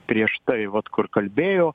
prieš tai vat kur kalbėjo